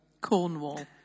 Cornwall